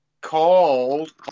called